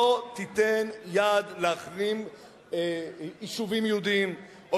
לא תיתן יד להחרים יישובים יהודיים או